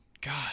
god